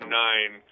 nine